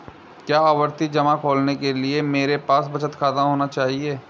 क्या आवर्ती जमा खोलने के लिए मेरे पास बचत खाता होना चाहिए?